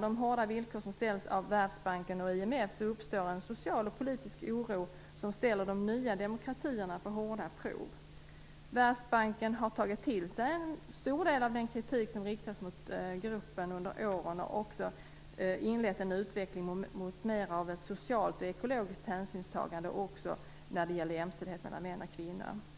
de hårda villkor som ställs av Världsbanken och IMF uppstår social och politisk oro som sätter de nya demokratierna på hårda prov. Världsbanken har tagit till sig en stor del av den kritik som riktats mot gruppen under åren och inlett en utveckling mot mer av socialt och ekologiskt hänsynstagande och även mot jämställdhet mellan män och kvinnor.